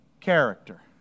character